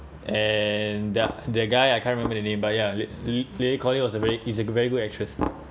and there the guy I can't remember the name but ya li~ lily collin was a very is a very good actress